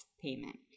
payment